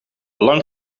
lang